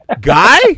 Guy